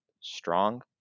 strong